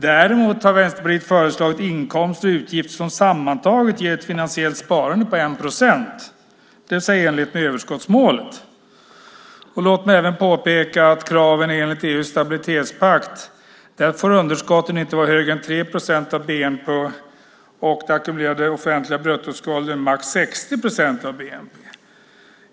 Däremot har Vänsterpartiet föreslagit inkomster och utgifter som sammantaget ger ett finansiellt sparande på 1 procent, det vill säga i enlighet med överskottsmålet. Låt mig även påpeka att kraven enligt EU:s stabilitetspakt är att underskotten inte får vara högre än 3 procent av bnp och den ackumulerade offentliga bruttoskulden max 60 procent av bnp.